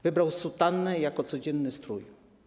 Wybrał sutannę jako codzienny strój.